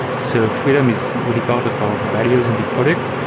so freedom is really part of our values in the product.